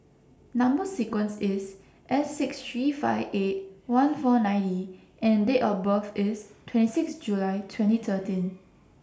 Number sequence IS S six three five eight one four nine E and Date of birth IS twenty six July twenty thirteen